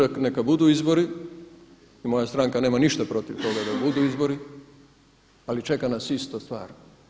I sutra neka budu izbori i moja stranka nema ništa protiv toga da budu izbori ali čeka nas ista stvar.